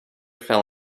fell